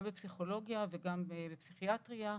גם בפסיכולוגיה וגם בפסיכיאטריה,